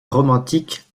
romantique